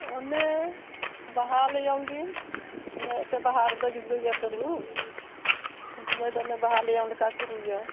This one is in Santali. ᱚᱱᱮ ᱵᱟᱦᱟ ᱞᱮᱭᱚᱝ ᱜᱮ ᱚᱱᱮ ᱮᱱᱛᱮᱫ ᱵᱟᱦᱟ ᱨᱮᱫᱚ ᱡᱩᱫᱟᱹ ᱜᱮᱭᱟ ᱛᱚ ᱨᱩ ᱩᱱᱥᱚᱢᱚᱭ ᱫᱚ ᱵᱟᱦᱟ ᱞᱮᱭᱚᱝ ᱞᱮᱠᱟ ᱠᱚ ᱨᱩᱭᱟ